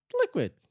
Liquid